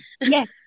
Yes